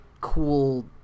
cool